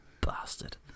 bastard